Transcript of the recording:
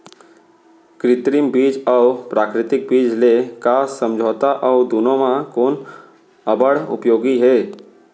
कृत्रिम बीज अऊ प्राकृतिक बीज ले का समझथो अऊ दुनो म कोन अब्बड़ उपयोगी हे?